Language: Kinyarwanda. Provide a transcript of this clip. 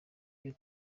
iyo